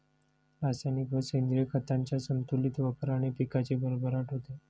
रासायनिक व सेंद्रिय खतांच्या संतुलित वापराने पिकाची भरभराट होते